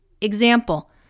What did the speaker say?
Example